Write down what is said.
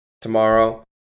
tomorrow